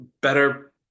better